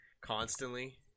constantly